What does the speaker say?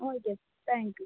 okay sir thank you